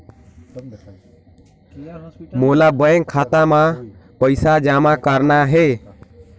मोला बैंक खाता मां पइसा जमा करना हे?